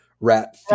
rat